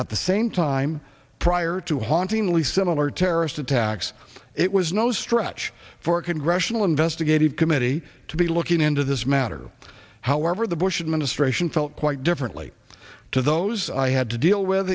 at the same time prior to hauntingly similar terrorist attacks it was no stretch for a congressional investigative committee to be looking into this matter however the bush administration felt quite differently to those i had to deal with